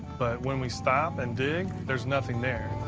but when we stop and dig, there's nothing there.